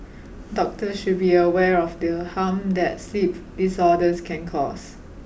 doctors should be aware of the harm that sleep disorders can cause